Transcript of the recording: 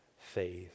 faith